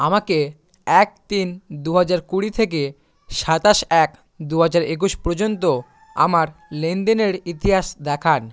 আমাকে এক তিন দু হাজার কুড়ি থেকে সাতাশ এক দু হাজার একুশ পর্যন্ত আমার লেনদেনের ইতিহাস দেখান